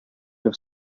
have